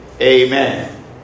Amen